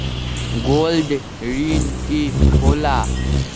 Gold ऋण की होला?